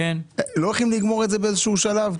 לא הולכים לגמור את זה באיזשהו שלב?